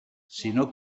sinó